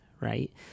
Right